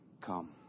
come